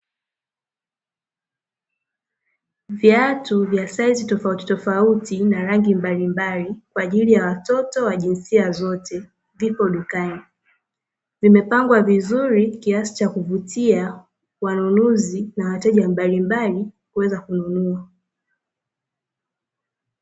Viatu vya saizi tofauti tofauti, na rangi mbalimbali, kwa ajili ya watoto wa jinsia zote, vipo dukani, vimepangwa vizuri kiasi cha kuvutia wanunuzi na wateja mbalimbali kuweza kununua.